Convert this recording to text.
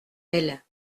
elle